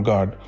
God